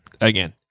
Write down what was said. again